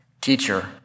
Teacher